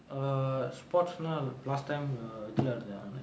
err sports னா:naa last time இதுல ஆடு:ithula aadu